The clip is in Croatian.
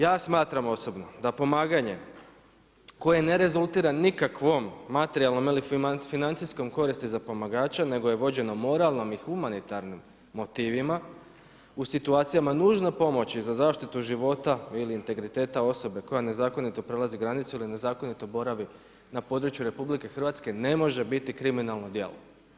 Ja smatram osobno, da pomaganje koje ne rezultira nikakvom materijalnom ili financijskom koristi za pomagača nego je vođeno moralnim ili humanitarnim motivima, u situacijama nužnoj pomoći za zaštitu života ili integriteta osobe koja nezakonito prelazi granicu ili nezakonito boravi na području RH, ne može biti kriminalno djelo.